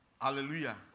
Hallelujah